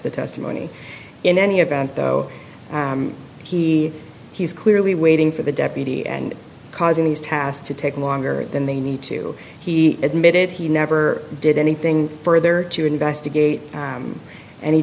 the testimony in any event though he he's clearly waiting for the deputy and causing these tasks to take longer than they need to he admitted he never did anything further to investigate